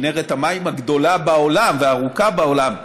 מנהרת המים הגדולה בעולם והארוכה בעולם,